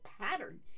pattern